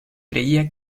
creía